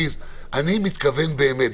אני מתכוון באמת.